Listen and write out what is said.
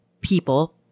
people